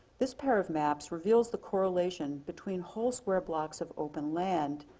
this pair of maps reveals the correlation between whole square blocks of open land,